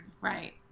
Right